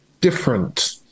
different